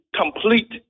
complete